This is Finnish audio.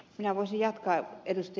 minä voisin jatkaa ed